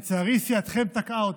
לצערי, סיעתכם תקעה אותו,